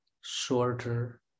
shorter